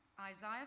Isaiah